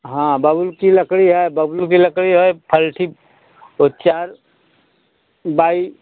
हाँ बाउरची लकड़ी है बबलू कि लकड़ी है फलसी बाईस